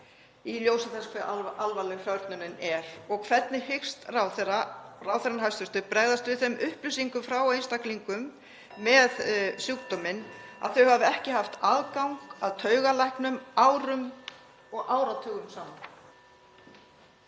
í ljósi þess hve alvarleg fötlunin er og hvernig hyggst hæstv. ráðherra bregðast við þeim upplýsingum frá einstaklingum með sjúkdóminn að þau hafi ekki haft aðgang að taugalæknum árum og áratugum saman?